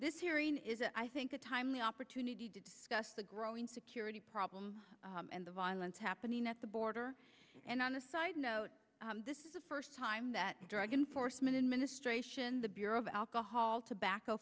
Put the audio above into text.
this hearing is i think a timely opportunity to discuss the growing security problem and the violence happening at the border and on a side note this is the first time that the drug enforcement administration the bureau of alcohol tobacco